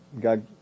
God